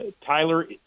Tyler